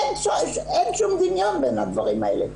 אין שום דמיון בין הדברים האלה.